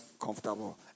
comfortable